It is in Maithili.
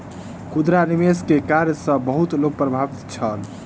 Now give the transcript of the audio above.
खुदरा निवेश के कार्य सॅ बहुत लोक प्रभावित छल